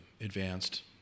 advanced